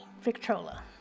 Victrola